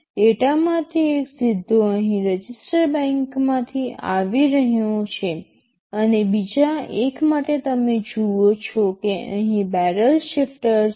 ડેટામાંથી એક સીધો અહીં રજિસ્ટર બેંકમાંથી આવી રહ્યો છે અને બીજા એક માટે તમે જુઓ છો કે અહીં બેરલ શિફ્ટર છે